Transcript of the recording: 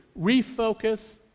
refocus